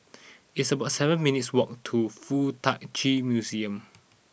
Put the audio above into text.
it's about seven minutes' walk to Fuk Tak Chi Museum